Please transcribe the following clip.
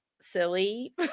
silly